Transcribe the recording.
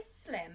slim